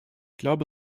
glaube